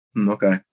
Okay